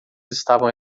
estavam